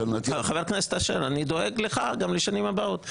חבר הכנסת אשר, אני דואג לך גם לשנים הבאות.